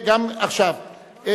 שמספרה 5,